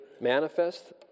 manifest